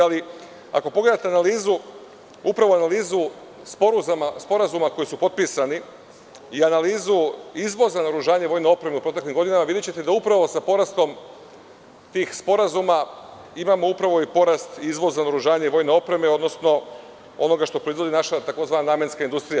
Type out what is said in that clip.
Ako pogledate analizu sporazuma koji su potpisani i analizu izvoza naoružanja i vojne opreme u proteklim godinama, videćete da upravo sa porastom tih sporazuma imamo i porast izvoza naoružanja i vojne opreme, odnosno onoga što proizvodi naša tzv. namenska industrija.